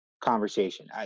conversation